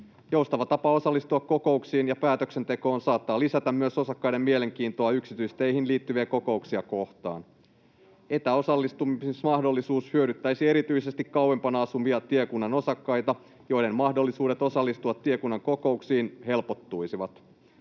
Joustava tapa osallistua kokouksiin ja päätöksentekoon saattaa lisätä myös osakkaiden mielenkiintoa yksityisteihin liittyviä kokouksia kohtaan. Etäosallistumismahdollisuus hyödyttäisi erityisesti kauempana asuvia tiekunnan osakkaita, joiden mahdollisuudet osallistua tiekunnan kokouksiin helpottuisivat.